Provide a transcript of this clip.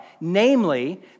namely